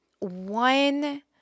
one